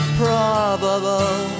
probable